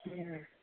ओम